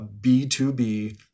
B2B